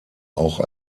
auch